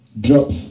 drop